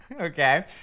Okay